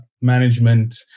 management